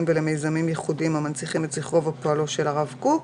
ולמיזמים ייחודיים המנציחים את זכרו ופועלו של הרב קוק.